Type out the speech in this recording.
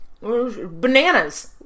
Bananas